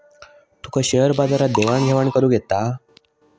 तुका share बाजारात देवाण घेवाण करुक येता?